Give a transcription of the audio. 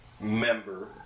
member